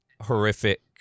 horrific